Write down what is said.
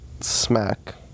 smack